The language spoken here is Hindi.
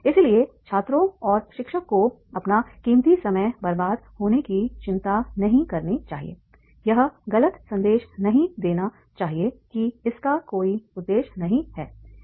इसलिए छात्रों और शिक्षक को अपना कीमती समय बर्बाद होने की चिंता नहीं करनी चाहिए यह गलत संदेश नहीं देना चाहिए कि इसका कोई उद्देश्य नहीं है